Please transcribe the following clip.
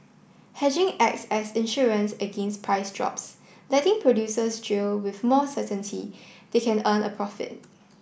hedging acts as insurance against price drops letting producers drill with more certainty they can earn a profit